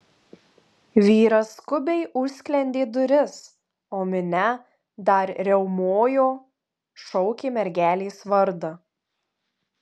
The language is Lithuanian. vyras skubiai užsklendė duris o minia dar riaumojo šaukė mergelės vardą